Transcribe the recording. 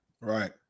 Right